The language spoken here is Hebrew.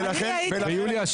ויוליה,